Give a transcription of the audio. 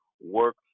work